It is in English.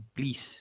Please